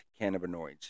cannabinoids